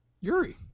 Yuri